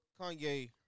Kanye